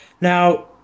Now